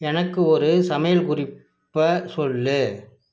எனக்கு ஒரு சமையல் குறிப்பை சொல்